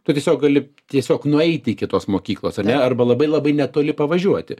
tu tiesiog gali tiesiog nueiti iki tos mokyklos ar ne arba labai labai netoli pavažiuoti